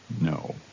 no